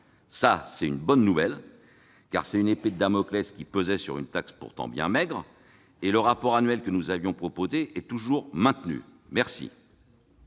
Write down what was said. taxe. C'est une bonne nouvelle, car une épée de Damoclès pesait sur cette taxe, pourtant bien maigre. Le rapport annuel que nous avions proposé est maintenu. Merci